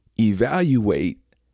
evaluate